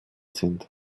sind